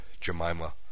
Jemima